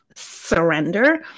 surrender